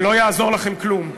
ולא יעזור לכם כלום.